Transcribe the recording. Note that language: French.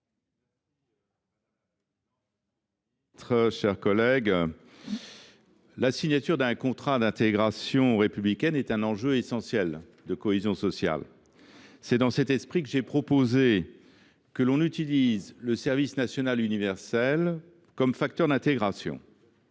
La signature d’un contrat d’intégration républicaine est un enjeu essentiel de cohésion sociale. C’est dans cet esprit que j’ai proposé que l’on utilise le service national universel (SNU) comme facteur d’intégration.